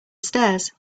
stairs